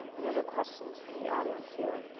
any other questions from the audience here?